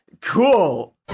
cool